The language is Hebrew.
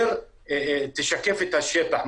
ותשקף את השטח,